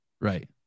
right